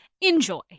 Enjoy